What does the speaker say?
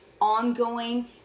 ongoing